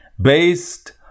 Based